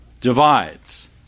divides